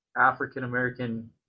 African-American